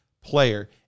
player